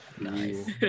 Nice